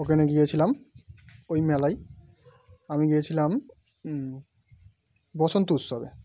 ওখানে গিয়েছিলাম ওই মেলায় আমি গিয়েছিলাম বসন্ত উৎসবে